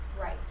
right